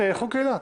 כן, חוק אילת.